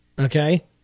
Okay